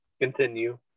Continue